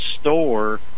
store